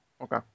okay